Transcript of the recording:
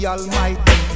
Almighty